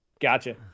gotcha